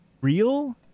real